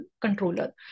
controller